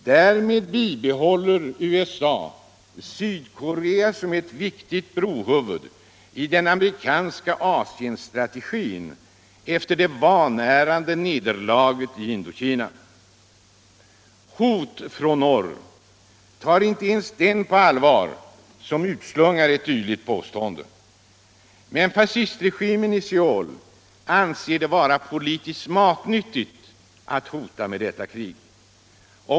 Därmed bibehåller USA Sydkorea som ett viktigt brohuvud i den amerikanska Asienstrategin efter det vaniirande nederlaget i Indokina. Påståenden om hot från norr tar inte ens den på allvar som utslungar sådana. Men fascistregimen i Söul anser det vara politiskt matnyttigt att hota med detta krig.